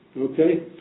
okay